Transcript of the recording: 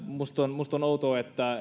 minusta on minusta on outoa että